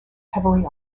heavily